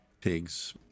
pigs